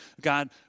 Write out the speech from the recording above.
God